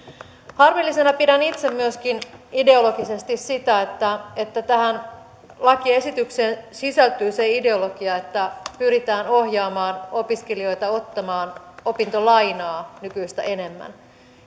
harmillisena pidän itse myöskin ideologisesti sitä että että tähän lakiesitykseen sisältyy se ideologia että pyritään ohjaamaan opiskelijoita ottamaan opintolainaa nykyistä enemmän